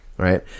Right